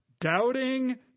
Doubting